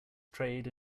trade